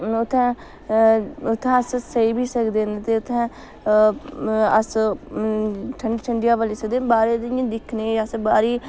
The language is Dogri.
में उत्थै उत्थै अस सेई बी सकदे न ते उत्थैं अस ठंडी ठंडी हवा लेई सकदे बाह्रै दी इयां दिक्खने गी अस बारी